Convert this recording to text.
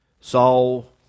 Saul